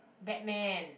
batman